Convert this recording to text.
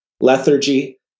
lethargy